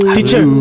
Teacher